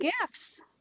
gifts